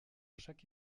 chaque